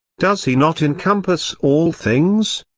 does he not encompass all things?